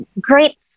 great